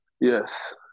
Yes